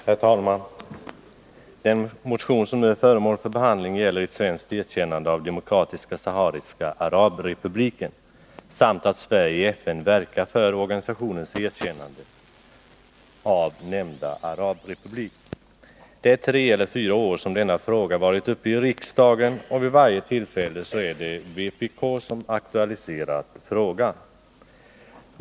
Herr talman! Den motion som nu är föremål för behandling gäller svenskt erkännande av Demokratiska sahariska arabrepubliken samt att Sverige i FN verkar för organisationens erkännande av nämnda arabrepublik. Tre eller fyra år har denna fråga varit uppe i riksdagen, och vid varje tillfälle är det vpk som aktualiserat den.